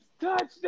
touchdown